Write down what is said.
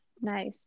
Nice